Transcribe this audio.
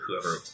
whoever